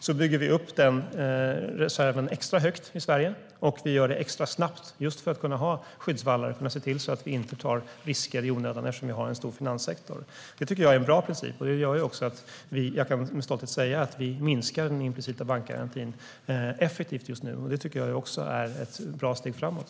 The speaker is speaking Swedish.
Vi bygger upp den reserven extra högt i Sverige, och vi gör det extra snabbt för att kunna ha skyddsvallar och se till att vi inte tar risker i onödan, eftersom vi har en stor finanssektor. Jag tycker att det är en bra princip, och den gör att jag med stolthet kan säga att vi just nu effektivt minskar den implicita bankgarantin. Det tycker jag också är ett bra steg framåt.